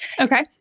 Okay